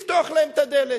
לפתוח להם את הדלת.